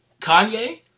Kanye